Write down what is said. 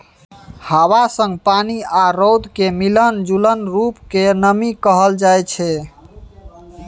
हबा संग पानि आ रौद केर मिलल जूलल रुप केँ नमी कहल जाइ छै